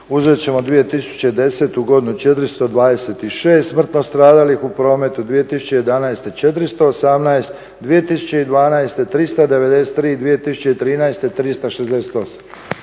Uzet ćemo 2010. godinu 426 smrtno stradalih u prometu. 2011. 418, 2012. 393, 2013. 368.